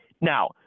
Now